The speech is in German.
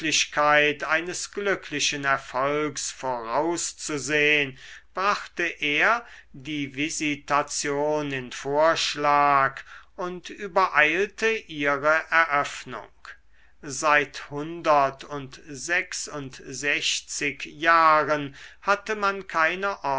eines glücklichen erfolgs vorauszusehn brachte er die visitation in vorschlag und übereilte ihre eröffnung seit hundertundsechsundsechzig jahren hatte man keine